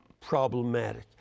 problematic